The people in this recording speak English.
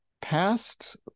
past